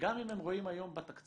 שגם אם הם רואים היום בתקציב